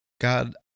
God